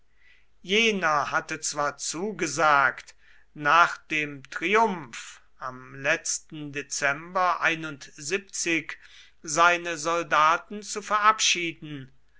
jener hatte zwar zugesagt nach dem triumph seine soldaten zu verabschieden